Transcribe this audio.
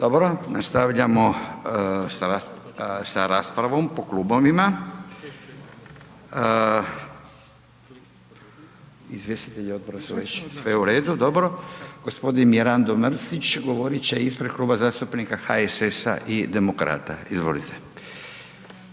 Dobro, nastavljamo sa raspravom po klubovima. Izvjestitelji odbora su već… Sve u redu, dobro, g. Mirando Mrsić govorit će ispred Kluba zastupnika HSS-a i Demokrata, izvolite.